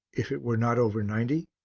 if it were not over ninety?